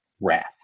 wrath